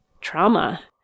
trauma